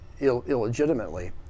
illegitimately